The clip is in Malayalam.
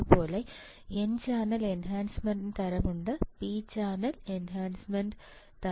അതുപോലെ എൻ ചാനൽ എൻഹാൻസ്മെൻറ് തരം ഉണ്ട് പി ചാനൽ മെച്ചപ്പെടുത്തൽ തരം ഉണ്ട്